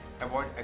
Avoid